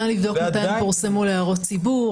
נא לבדוק מתי הן פורסמו להערות הציבור.